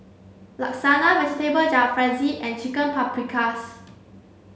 Lasagna Vegetable Jalfrezi and Chicken Paprikas